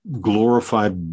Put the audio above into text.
glorified